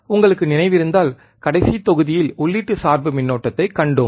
உங்களுக்கு நினைவிருந்தால் கடைசி தொகுதியில் உள்ளீட்டு சார்பு மின்னோட்டத்தைக் கண்டோம்